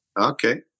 Okay